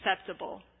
acceptable